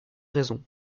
raisons